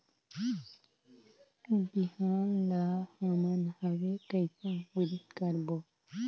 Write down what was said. बिहान ला हमन हवे कइसे अंकुरित करबो?